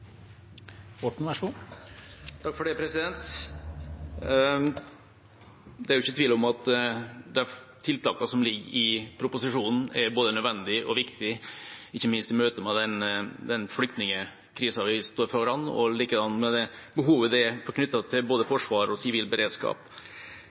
er ikke tvil om at de tiltakene som ligger i proposisjonen, er både nødvendige og viktige, ikke minst i møte med den flyktningkrisen vi står foran og likedan med behov knyttet til både forsvar og sivilberedskap. Derfor var vi også fra vår side tidlig ute med å gi støtte til